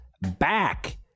back